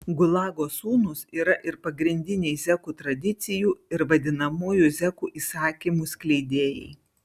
gulago sūnūs yra ir pagrindiniai zekų tradicijų ir vadinamųjų zekų įsakymų skleidėjai